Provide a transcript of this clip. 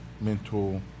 mental